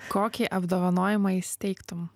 kokį apdovanojimą įsteigtum